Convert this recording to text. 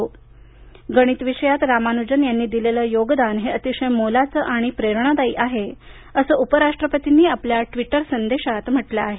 गणित विषयात रामानुजन यांनी दिलेलं योगदान हे अतिशय मोलाचं आणि प्रेरणादायी आहे असं उपराष्ट्रपतींनी आपल्या ट्वीटर संदेशात म्हटलं आहे